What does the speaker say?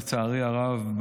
לצערי הרב,